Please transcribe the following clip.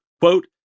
quote